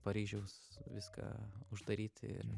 paryžiaus viską uždaryti ir